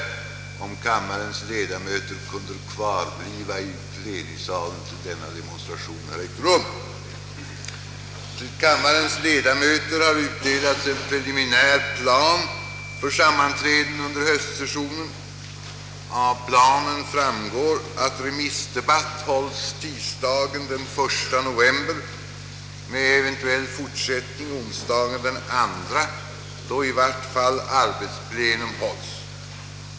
Till kammarens ledamöter har utdelats en preliminär plan för sammanträden under höstsessionen. Av planen framgår, att remissdebatt hålles tisdagen den 1 november med eventuell fortsättning onsdagen den 2, då i vart fall arbetsplenum hålles.